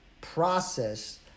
process